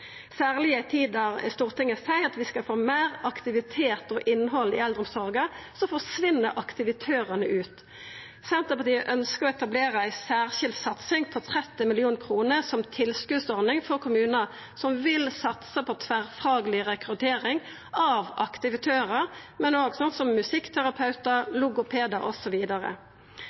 i ei tid der Stortinget seier at vi skal få meir aktivitet og innhald i eldreomsorga, forsvinn aktivitørane ut. Senterpartiet ønskjer å etablera ei særskild satsing på 30 mill. kr som tilskotsordning for kommunar som vil satsa på tverrfagleg rekruttering av aktivitørar, men òg slikt som musikkterapeutar, logopedar